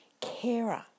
carer